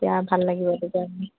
তেতিয়া ভাল লাগিব তেতিয়া